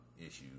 issues